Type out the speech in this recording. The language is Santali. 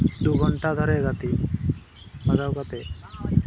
ᱫᱩ ᱜᱷᱚᱱᱴᱟ ᱫᱷᱚᱨᱮ ᱜᱟᱛᱮᱜ ᱵᱷᱟᱜᱟᱣ ᱠᱟᱛᱮᱫ